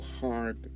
hard